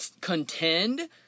contend